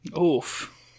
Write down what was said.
Oof